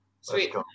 Sweet